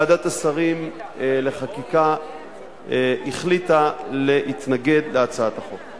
ועדת השרים לחקיקה החליטה להתנגד להצעת החוק.